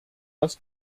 das